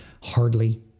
hardly